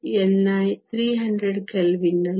ni 300 kelvin ನಲ್ಲಿ 8